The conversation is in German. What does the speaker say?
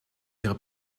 ihre